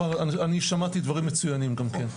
כלומר, אני שמעתי דברים מצוינים גם כן.